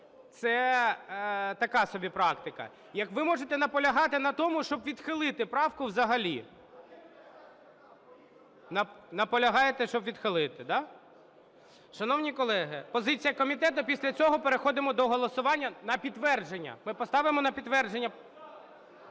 Це така собі практика. Ви можете наполягати на тому, щоб відхилити правку взагалі. Наполягаєте, щоб відхилити, да? Шановні колеги, позиція комітету, а після цього переходимо до голосування. На підтвердження! Ми поставимо на підтвердження!